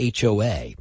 HOA